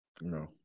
No